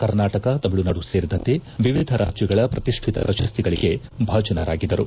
ಕರ್ನಾಟಕ ತಮಿಳುನಾಡು ಸೇರಿದಂತೆ ವಿವಿಧ ರಾಜ್ಯಗಳ ಪ್ರತಿಷ್ಠಿತ ಪ್ರಶಸ್ತಿಗಳಿಗೆ ಭಾಜನರಾಗಿದ್ದರು